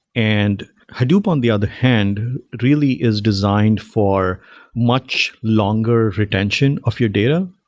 and hadoop on the other hand really is designed for much longer retention of your data.